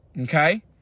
Okay